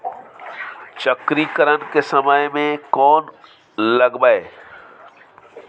चक्रीकरन के समय में कोन लगबै?